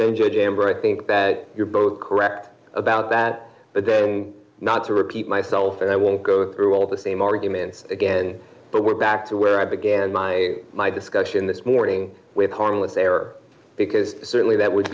enjoyed amber i think that you're both correct about that but then not to repeat myself and i won't go through all the same arguments again but we're back to where i began my my discussion this morning with harmless error because certainly that would